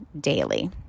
daily